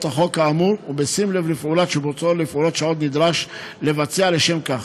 החוק כאמור ובשים לב לפעולות שעוד נדרש לבצע לשם כך,